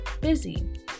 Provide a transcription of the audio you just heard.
busy